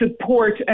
support